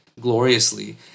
gloriously